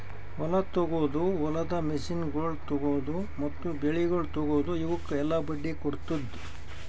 ಹೊಲ ತೊಗೊದು, ಹೊಲದ ಮಷೀನಗೊಳ್ ತೊಗೊದು, ಮತ್ತ ಬೆಳಿಗೊಳ್ ತೊಗೊದು, ಇವುಕ್ ಎಲ್ಲಾ ಬಡ್ಡಿ ಕೊಡ್ತುದ್